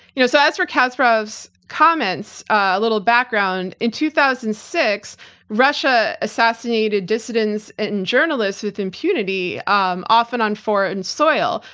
you know so as for kasparov's comments, a little background, in two thousand and six russia assassinated dissidents and journalists with impunity um often on foreign and soil.